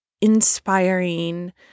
inspiring